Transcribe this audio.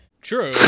True